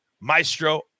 Maestro